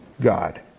God